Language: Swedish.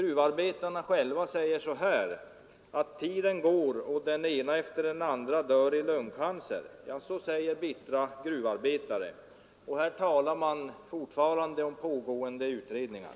Tiden går medan den ene efter den andre dör i lungcancer, säger bittra gruvarbetare, men här talar man fortfarande om pågående utredningar.